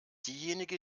diejenige